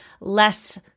less